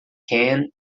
ken